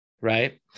right